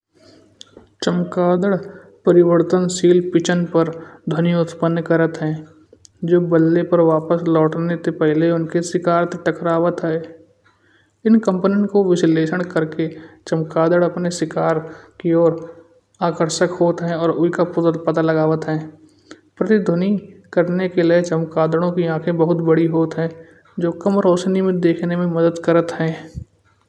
चमकदड़ परिवर्तशील पिचान पर ध्वनि उत्पन्न करत ह। जो बले पर वापस लौटने ते पहले उनके शिकार ते टकरावत ह। इन कंपन्नों को विश्लेषण करके चमकदड़ अपने शिकार की और आकर्षक होत है और उइका पता लगावत है। पूरी धवनि करने के लिए चमकदड़ो की आँखें बहुत बड़ी होत ह जो कम रोशनी मा देखने मा मदद करत है।